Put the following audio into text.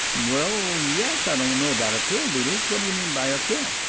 well, yes i don't know about up-hill, doodles. what do you mean by up-hill?